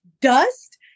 dust